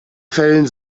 fällen